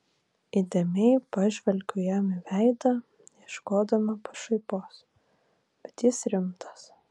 įdėmiai pažvelgiu jam į veidą ieškodama pašaipos bet jis rimtas